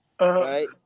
Right